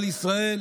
גנסיה".